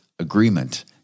agreement